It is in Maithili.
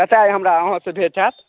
कतऽ आइ हमरा अहाँसँ भेंट होयत